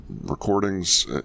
recordings